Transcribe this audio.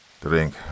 drink